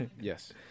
Yes